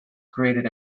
created